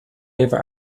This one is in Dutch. even